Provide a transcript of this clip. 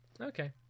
Okay